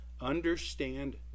Understand